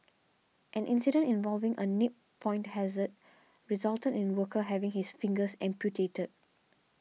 an incident involving a nip point hazard resulted in a worker having his fingers amputated